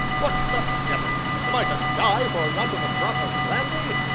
what the devil! am i to die for want of a drop of brandy?